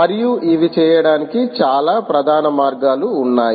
మరియు ఇవి చేయడానికి చాలా ప్రధాన మార్గాలు ఉన్నాయి